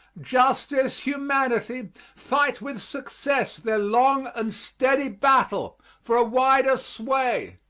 justice, humanity fight with success their long and steady battle for a wider sway.